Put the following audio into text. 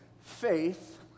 faith